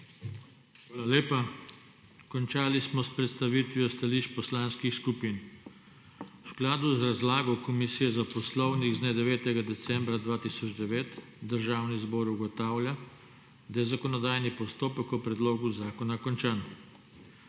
hvala lepa. Končali smo s predstavitvijo stališč poslanskih skupin. V skladu z razlago komisije za Poslovnik z dne 9. decembra 2009, Državni zbor ugotavlja, da je zakonodajni postopek o predlogu zakona končan.